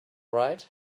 right